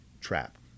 trapped